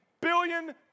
billion